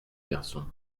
garçon